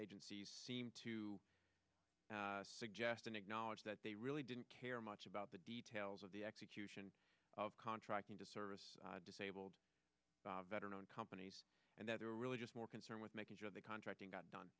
agencies seem to suggest and acknowledge that they really didn't care much about the details of the execution of contracting to service disabled better known companies and that they were really just more concerned with making sure that contracting got done